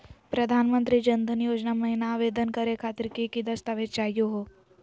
प्रधानमंत्री जन धन योजना महिना आवेदन करे खातीर कि कि दस्तावेज चाहीयो हो?